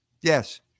Yes